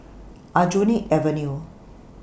Aljunied Avenue